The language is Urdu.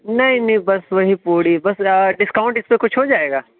نہیں نہیں بس وہی پوڑی بس اور ڈسکانٹ اِس پہ کچھ ہو جائے گا